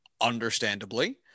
understandably